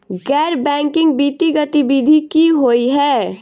गैर बैंकिंग वित्तीय गतिविधि की होइ है?